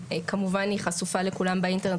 כמובן היא חשופה לכולם באינטרנט.